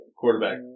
quarterback